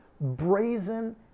brazen